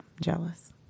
Jealous